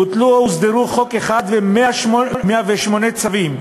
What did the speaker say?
בוטלו או הוסדרו חוק אחד ו-108 צווים,